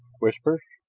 whispers?